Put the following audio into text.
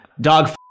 dog